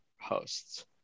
hosts